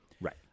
Right